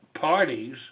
parties